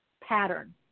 pattern